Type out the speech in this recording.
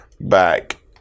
back